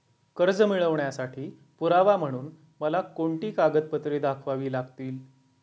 कर्ज मिळवण्यासाठी पुरावा म्हणून मला कोणती कागदपत्रे दाखवावी लागतील?